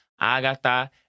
Agatha